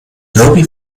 derby